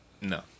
No